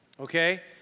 okay